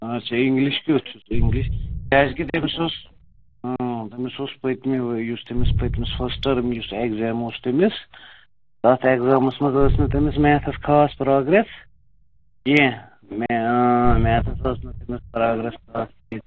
آچھا اِنٛگلِش کیُتھ چھُس اِنٛگلِش کیٛازکہِ تٔمِس اوس تٔمِس اوس پٔتۍمہِ ؤرۍ یُس تٔمِس پٔتۍمِس فٕسٹ ٹٔرٕم یُس اٮ۪کزیم اوس تٔمِس تَتھ اٮ۪کزامَس منٛز ٲس نہٕ تٔمِس میتھَس خاص پرٛاگرٮ۪س کینٛہہ مےٚ میتھَس ٲس نہٕ تٔمِس پرٛاگرٮ۪س خاص کینٛہہ